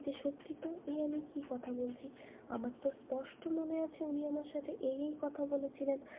যে সত্যি তো এ আমি কি কথা বলছি আমার তো স্পষ্ট মনে আছে উনি আমার সাথে এই এই কথা বলেছিলেন